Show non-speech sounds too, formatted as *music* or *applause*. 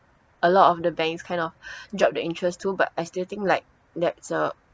a lot of the banks kind of *breath* drop the interest too but I still think like that's a